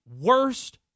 worst